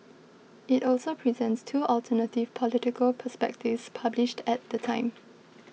it also presents two alternative political perspectives published at the time